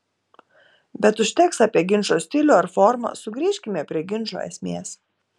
bet užteks apie ginčo stilių ar formą sugrįžkime prie ginčo esmės